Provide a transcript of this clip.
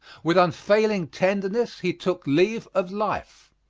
with unfailing tenderness he took leave of life.